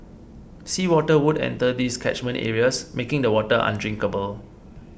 sea water would enter these catchment areas making the water undrinkable